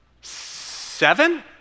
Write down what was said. seven